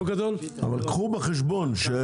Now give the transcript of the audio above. אבל קחו בחשבון.